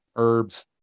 herbs